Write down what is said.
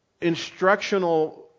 instructional